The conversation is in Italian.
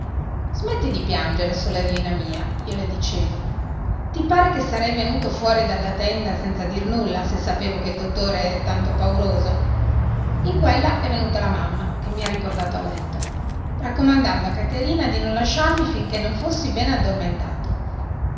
smetti di piangere sorellina mia io le dicevo ti pare che sarei venuto fuori dalla tenda senza dir nulla se sapevo che il dottore è tanto pauroso in quella è venuta la mamma che mi ha riportato a letto raccomandando a caterina di non lasciarmi finché non fossi bene addormentato